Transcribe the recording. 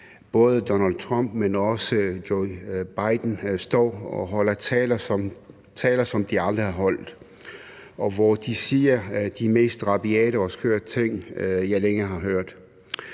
både Donald Trump og også Joe Biden, står og holder taler, som de aldrig har holdt, og hvor de siger de mest rabiate og skøre ting, jeg længe har hørt.